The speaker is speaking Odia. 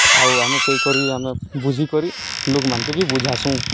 ଆଉ ଆମେ ପେଇକରି ଆମେ ବୁଝିକରି ଲୋକ୍ମାନ୍କେ ବି ବୁଝାସୁଁ